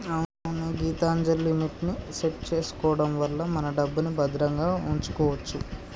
అవునే గీతాంజలిమిట్ ని సెట్ చేసుకోవడం వల్ల మన డబ్బుని భద్రంగా ఉంచుకోవచ్చు